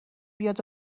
بیاد